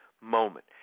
moment